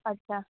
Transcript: अच्छा